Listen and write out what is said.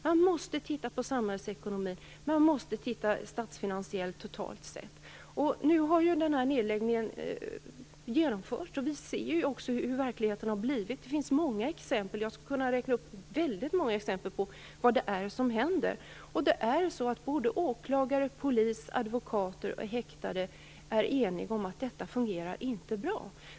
Man måste titta på samhällsekonomin, och man måste titta på statsfinanserna totalt sett. Nu har ju denna nedläggning genomförts. Och vi ser också hur verkligheten har blivit. Jag skulle kunna räkna upp många exempel på vad det är som händer. Åklagare, polis, advokater och häktade är eniga om att detta inte fungerar bra.